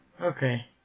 Okay